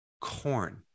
corn